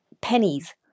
pennies